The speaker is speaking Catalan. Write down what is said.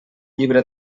llibre